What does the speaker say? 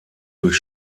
durch